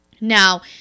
Now